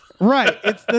Right